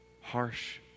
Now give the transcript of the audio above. harsh